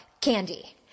candy